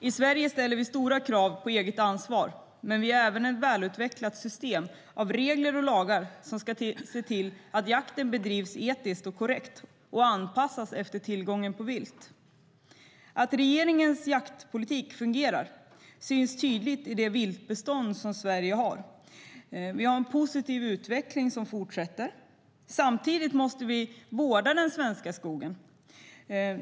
I Sverige ställer vi stora krav på eget ansvar, men vi har även ett välutvecklat system av regler och lagar som ska se till att jakten bedrivs etiskt och korrekt och anpassas efter tillgången på vilt. Att regeringens jaktpolitik fungerar syns tydligt på det viltbestånd som Sverige har. Vi har en positiv utveckling som fortsätter. Samtidigt måste vi vårda den svenska skogen.